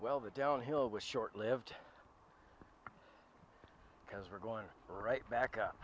well the downhill was short lived because we're going right back up